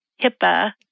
HIPAA